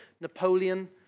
Napoleon